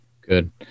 Good